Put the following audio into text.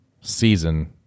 season